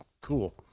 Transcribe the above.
cool